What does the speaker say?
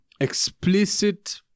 explicit